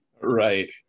Right